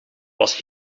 was